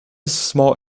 small